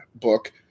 book